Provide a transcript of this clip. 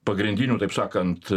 pagrindinių taip sakant